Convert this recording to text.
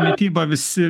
mityba visi